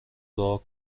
دعا